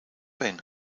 been